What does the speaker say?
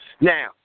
Now